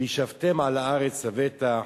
"וישבתם על הארץ לבטח".